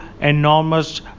enormous